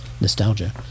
nostalgia